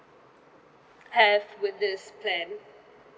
have with this plan